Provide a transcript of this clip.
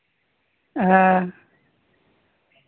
ᱦᱮᱸ